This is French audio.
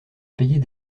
payer